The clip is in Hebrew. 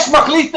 יש מחליט אחד,